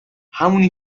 همونی